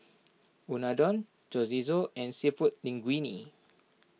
Unadon Chorizo and Seafood Linguine